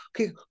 okay